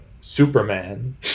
Superman